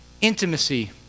intimacy